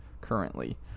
currently